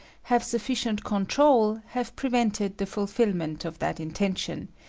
have sufficient control, have prevented the fulfillment of that intention,